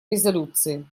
резолюции